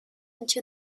into